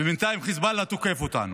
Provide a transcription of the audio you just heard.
ובינתיים חיזבאללה תוקף אותנו,